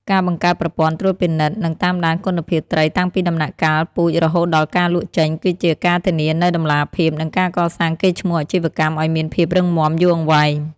ការបង្កើតប្រព័ន្ធត្រួតពិនិត្យ និងតាមដានគុណភាពត្រីតាំងពីដំណាក់កាលពូជរហូតដល់ការលក់ចេញ គឺជាការធានានូវតម្លាភាព និងការកសាងកេរ្តិ៍ឈ្មោះអាជីវកម្មឱ្យមានភាពរឹងមាំយូរអង្វែង។